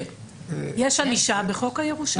יש ענישה בחוק הירושה.